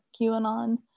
QAnon